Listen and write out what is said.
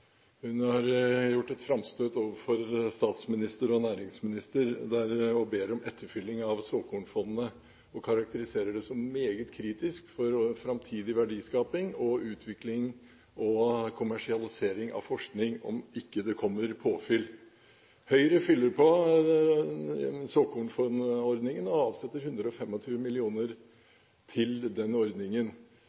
Hun har gjort et framstøt overfor statsminister og næringsminister og ber om etterfylling av såkornfondet, og hun karakteriserer det som meget kritisk for framtidig verdiskaping og utvikling og kommersialisering av forskning om ikke det kommer påfyll. Høyre fyller på såkornfondordningen og avsetter 125 mill. kr til den ordningen. Hva er det som gjør at representanten Lundteigen og